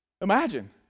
Imagine